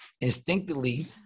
Instinctively